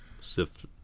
sift